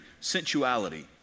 sensuality